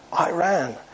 Iran